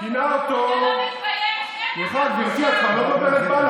ונגזר עליו דין מוות, חברת הכנסת לזימי,